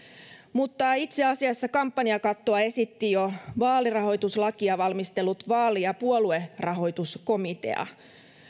mutta itse asiassa kampanjakattoa esitti jo vaalirahoituslakia valmistellut vaali ja puoluerahoituskomitea